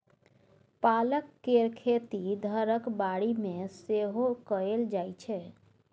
पालक केर खेती घरक बाड़ी मे सेहो कएल जाइ छै